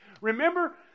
Remember